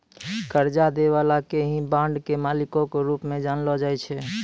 कर्जा दै बाला के ही बांड के मालिको के रूप मे जानलो जाय छै